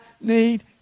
need